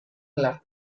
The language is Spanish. claro